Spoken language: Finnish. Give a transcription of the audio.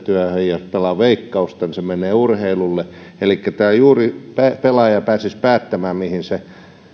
ja jos pelaa veikkausta niin ne menevät urheilulle elikkä olisi juuri näin että pelaaja pääsisi päättämään mihin